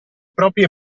proprie